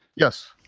yes